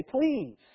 please